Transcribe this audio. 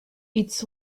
its